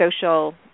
social